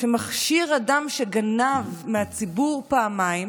שמכשיר אדם שגנב מהציבור פעמיים,